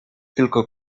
tylko